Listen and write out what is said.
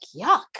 yuck